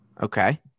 Okay